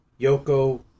Yoko